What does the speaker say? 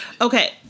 okay